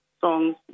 songs